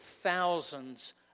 thousands